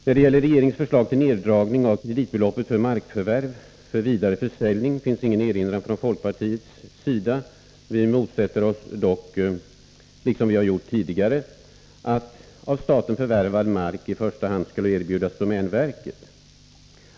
När det gäller regeringens förslag till neddragning av kreditbeloppet för markförvärv för vidare försäljning finns ingen erinran från folkpartiets sida. Vi motsätter oss dock, liksom vi har gjort tidigare, att av staten förvärvad mark i första hand skall erbjudas domänverket.